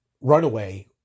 Runaway